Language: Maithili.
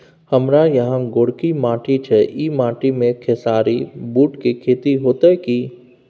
हमारा यहाँ गोरकी माटी छै ई माटी में खेसारी, बूट के खेती हौते की?